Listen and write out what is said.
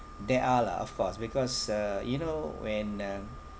there are lah of course because uh you know when um